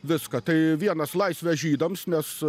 viską tai vienas laisvę žydams nes